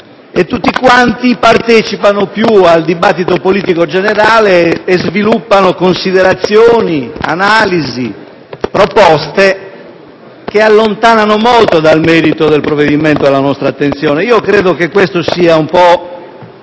Tutti partecipano più al dibattito politico generale e sviluppano considerazioni, analisi, proposte che allontanano molto dal merito del provvedimento la nostra attenzione. Credo però che questo sia un modo